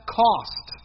cost